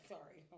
Sorry